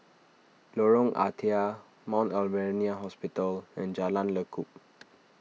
Lorong Ah Thia Mount Alvernia Hospital and Jalan Lekub